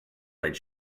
light